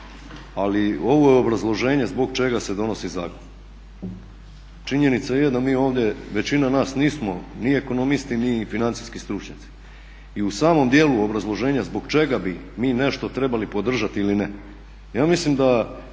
ali ovo je obrazloženje zbog čega se donosi zakon. Činjenica je da mi ovdje većina nas nismo, ni ekonomisti ni financijski stručnjaci i u samom dijelu obrazloženja zbog čega bi mi nešto trebali podržati ili ne, ja mislim da